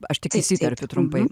aš tik įsiterpiu trumpai